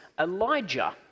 Elijah